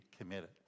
committed